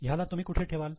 ह्याला तुम्ही कुठे ठेवाल